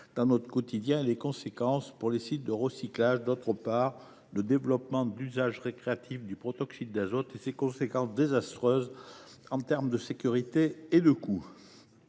dans notre quotidien, qui a des conséquences sur les sites de recyclage, et, d’autre part, le développement des usages récréatifs du protoxyde d’azote, qui a des effets désastreux en termes de sécurité et de coût.